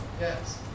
yes